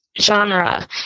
genre